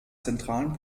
zentralen